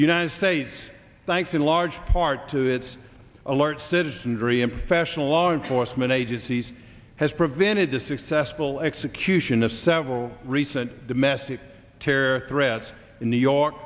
united states thanks in large part to its alert citizenry and professional law enforcement agencies has prevented the successful execution of several recent domestic terror threats in new york